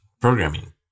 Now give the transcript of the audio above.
programming